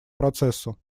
процессу